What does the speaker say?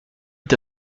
est